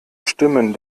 stimmen